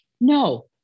No